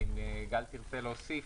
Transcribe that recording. אם גל תרצה להוסיף,